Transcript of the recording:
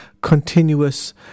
continuous